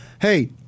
hey